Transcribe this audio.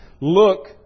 Look